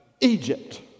Egypt